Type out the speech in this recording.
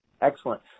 Excellent